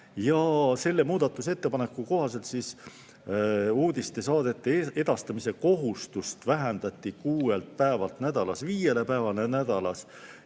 Ja selle muudatusettepaneku kohaselt uudistesaadete edastamise kohustust vähendati kuuelt päevalt nädalas viiele päevale nädalas.